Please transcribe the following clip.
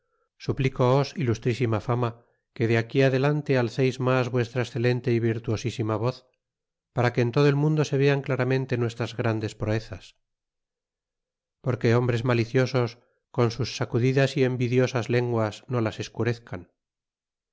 suplicoos ilustrísima fama que de aquí adelante alceis mas vuestra excelente y virtuosisima voz para que en todo el mundo se vean claramente nuestras grandes proezas porque hombres maliciosos con sus sacudidas y envidiosas lenguas no las escurezcan